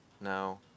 Now